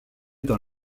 dans